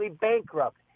bankrupt